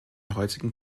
heutigen